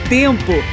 tempo